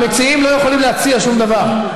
המציעים לא יכולים להציע שום דבר.